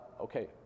okay